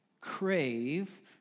crave